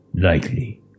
likely